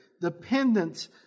Dependence